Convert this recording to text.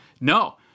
no